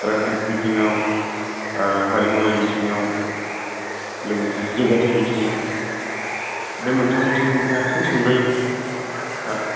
रांखान्थि बिथिङाव हारिमुवारि बिथिङाव लोगोसे जौगाथाय बिथिङाव बे मोनथाम बिथिङाव नोंथाङा एसे सुंदयै